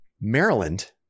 Maryland